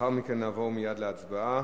לאחר מכן נעבור מייד להצבעה.